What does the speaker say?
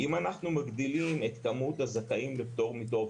אם אנחנו מגדילים את כמות הזכאים לפטור מתור,